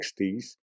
60s